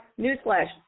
Newsflash